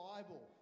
Bible